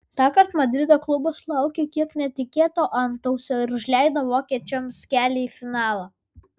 tąkart madrido klubas sulaukė kiek netikėto antausio ir užleido vokiečiams kelią į finalą